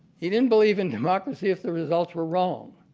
he didn't believe in democracy if the results were wrong.